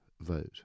vote